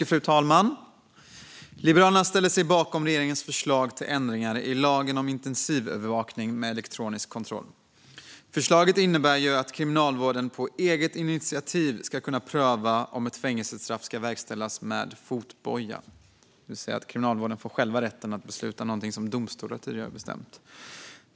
Fru talman! Liberalerna ställer sig bakom regeringens förslag till ändringar i lagen om intensivövervakning med elektronisk kontroll. Förslaget innebär att Kriminalvården på eget initiativ ska kunna pröva om ett fängelsestraff ska verkställas med fotboja. Kriminalvården får alltså rätt att själv besluta något som domstolar tidigare har bestämt.